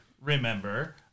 remember